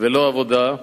ולא כעבודה,